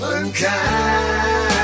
unkind